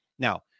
Now